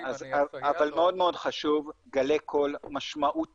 אבל מאוד מאוד חשוב, גלי קול משמעותית